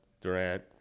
Durant